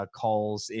calls